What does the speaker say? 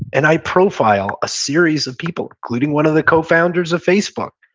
and i profile a series of people, including one of the co-founders of facebook,